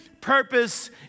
purpose